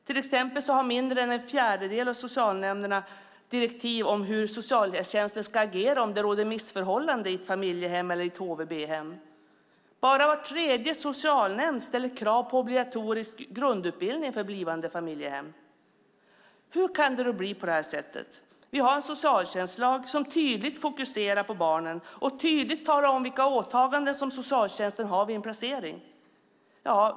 Till exempel har mindre än en fjärdedel av socialnämnderna direktiv om hur socialtjänsten ska agera när det råder missförhållanden i ett familjehem eller HVB-hem. Bara var tredje socialnämnd ställer krav på obligatorisk grundutbildning för blivande familjehem. Hur kan det bli på detta sätt? Vi har en socialtjänstlag som tydligt fokuserar på barnen och tydligt talar om vilka åtaganden socialtjänsten har vid en placering.